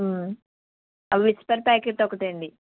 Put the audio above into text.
Whisper packet ఒకటండీ